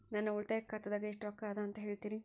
ನನ್ನ ಉಳಿತಾಯ ಖಾತಾದಾಗ ಎಷ್ಟ ರೊಕ್ಕ ಅದ ಅಂತ ಹೇಳ್ತೇರಿ?